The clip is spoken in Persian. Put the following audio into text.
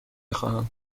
خواهم